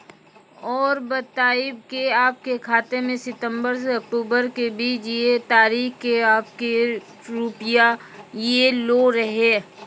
और बतायब के आपके खाते मे सितंबर से अक्टूबर के बीज ये तारीख के आपके के रुपिया येलो रहे?